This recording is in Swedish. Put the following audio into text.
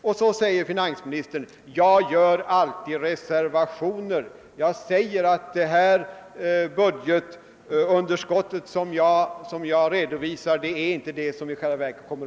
Och så säger finansministern: Jag gör alitid reservationer — jag säger att det budgetunderskott som jag redovisar är inte det underskott som i själva verket uppkommer.